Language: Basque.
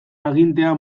agintea